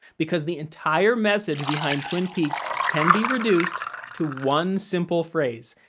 because the entire message behind twin peaks can be reduced to one simple phrase,